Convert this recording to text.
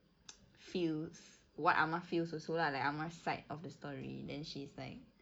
feels what amar feels also lah like amar's side of the story then she's like